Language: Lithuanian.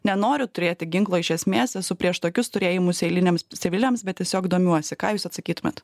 nenoriu turėti ginklo iš esmės esu prieš tokius turėjimus eiliniams civiliams bet tiesiog domiuosi ką jūs atsakytumėt